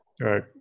right